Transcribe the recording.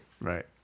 Right